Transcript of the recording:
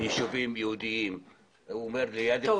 יישובים יהודיים -- סליחה,